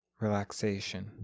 relaxation